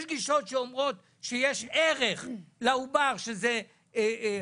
יש גישות שאומרות שיש ערך לעובר שהוא חי,